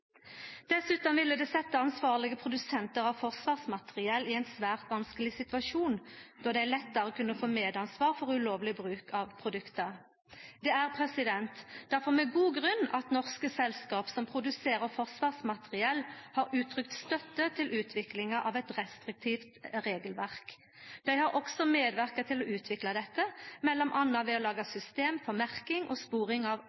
ville det setja ansvarlege produsentar av forsvarsmateriell i ein svært vanskeleg situasjon, då dei lettare kunne få medansvar for ulovleg bruk av produkta. Det er difor med god grunn at norske selskap som produserer forsvarsmateriell, har uttrykt støtte til utviklinga av eit restriktivt regelverk. Dei har også medverka til å utvikla dette, m.a. ved å laga system for merking og sporing av